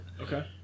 Okay